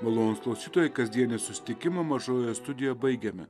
malonūs klausytojai kasdienį susitikimą mažojoje studijoj baigiame